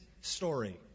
story